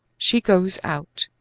she goes out.